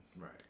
Right